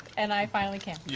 and i finally can. yeah